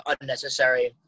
unnecessary